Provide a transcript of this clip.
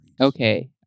Okay